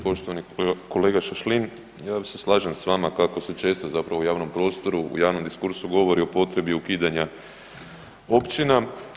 Poštovani kolega Šašlin, ja se slažem s vama kako se često zapravo u javnom prostoru, u javnom diskursu govori o potrebi ukidanja općina.